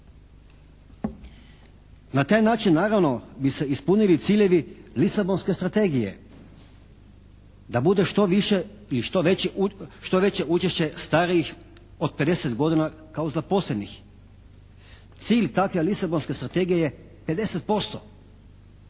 Na taj način naravno bi se ispunili ciljevi Lisabonske strategije, da bude što više, ili što veće učešće starijih od 50 godina kao zaposlenih. Cilj takve Lisabonske strategije je 50%,